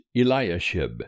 Eliashib